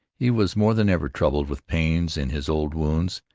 he was more than ever troubled with pains in his old wounds,